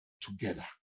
together